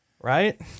right